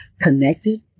connected